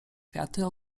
kwiaty